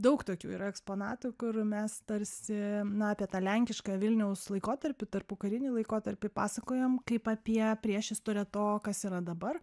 daug tokių yra eksponatų kur mes tarsi na apie tą lenkišką vilniaus laikotarpį tarpukarinį laikotarpį pasakojam kaip apie priešistorę to kas yra dabar